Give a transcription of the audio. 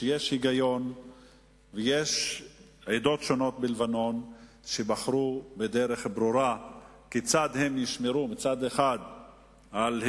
שיש היגיון ויש עדות שבלבנון בחרו בדרך ברורה כיצד הם ישמרו על הגמוניה